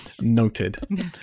Noted